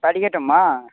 படிக்கட்டுமா